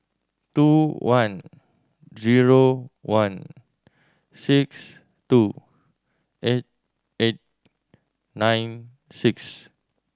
two one zero one six two eight eight nine six